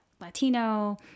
Latino